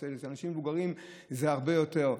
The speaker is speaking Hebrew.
אצל אנשים מבוגרים זה הרבה יותר.